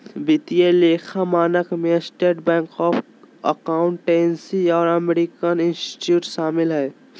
वित्तीय लेखा मानक में स्टेट बोर्ड ऑफ अकाउंटेंसी और अमेरिकन इंस्टीट्यूट शामिल हइ